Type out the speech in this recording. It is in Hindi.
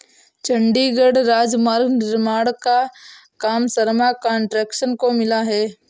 चंडीगढ़ राजमार्ग निर्माण का काम शर्मा कंस्ट्रक्शंस को मिला है